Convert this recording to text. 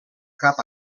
cap